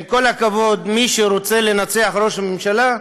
ועם כל הכבוד, מי שרוצה לנצח ראש ממשלה,